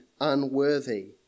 unworthy